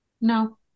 No